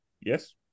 Yes